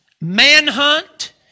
manhunt